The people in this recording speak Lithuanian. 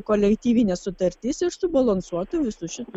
kolektyvinė sutartis ir subalansuotų visus šitu